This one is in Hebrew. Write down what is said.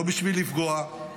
לא בשביל לפגוע,